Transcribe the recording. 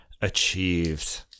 achieved